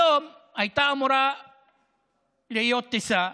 היום הייתה אמורה להיות טיסה